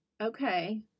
Okay